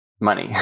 money